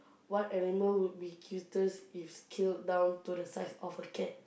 what animal would be cutest if scaled down to the size of a cat